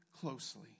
closely